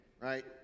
right